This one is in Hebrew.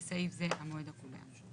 בסעיף זה המועד הקובע.